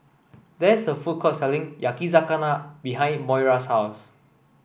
there is a food court selling Yakizakana behind Moira's house